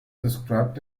described